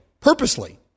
purposely